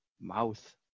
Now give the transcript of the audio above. mouth